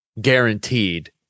guaranteed